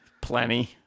plenty